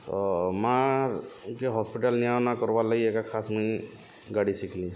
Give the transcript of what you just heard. ତ ମା'କେ ହସ୍ପିଟାଲ୍ ନିଆ ଅନା କର୍ବାର୍ ଲାଗି ଏକା ଖାସ୍ ମୁଇଁ ଗାଡ଼ି ଶିଖ୍ଲି